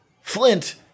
Flint